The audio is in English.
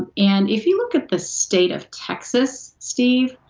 and if you look at the state of texas steve.